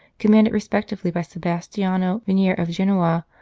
commanded respectively by sebastiano venier of genoa,